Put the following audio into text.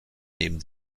nehmen